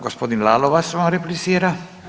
Gospodin Lalovac vam replicira.